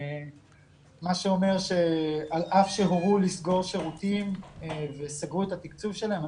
מה שאומר שעל אף שהורו לסגור שירותים וסגרו את התקצוב שלהם,